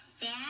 Dad